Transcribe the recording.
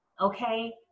okay